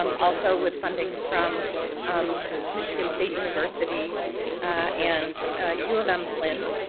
um also with funding from um michigan state university and u of m flint.